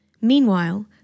Meanwhile